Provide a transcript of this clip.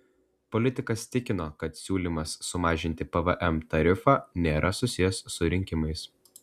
politikas tikino kad siūlymas sumažinti pvm tarifą nėra susijęs su rinkimais